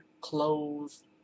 clothes